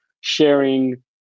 sharing